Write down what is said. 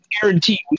Guarantee